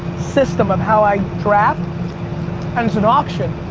system of how i draft and it's an auction.